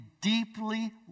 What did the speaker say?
deeply